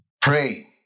Pray